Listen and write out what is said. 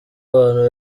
abantu